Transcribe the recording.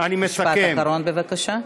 משפט אחרון, בבקשה.